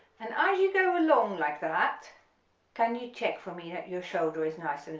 and as you go along like that can you check for me that your shoulder is nice